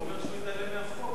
הוא אומר שהוא התעלם מהחוק.